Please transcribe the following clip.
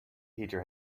peter